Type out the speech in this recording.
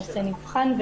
הנושא נבחן.